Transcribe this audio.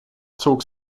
zog